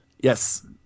Yes